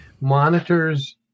monitors